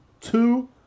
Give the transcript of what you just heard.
Two